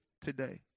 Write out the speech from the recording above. today